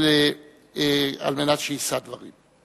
על מנת שיישא דברים.